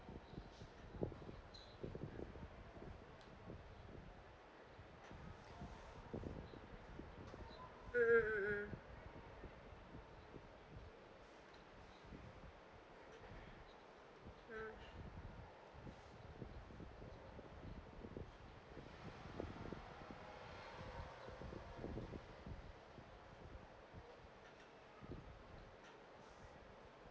mm mm mm mm mm